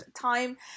time